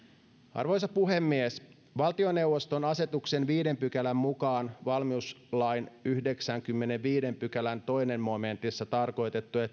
arvoisa puhemies valtioneuvoston asetuksen viidennen pykälän mukaan valmiuslain yhdeksännenkymmenennenviidennen pykälän toisessa momentissa tarkoitettuja